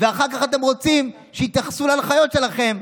ואחר כך אתם רוצים שיתייחסו להנחיות שלכם.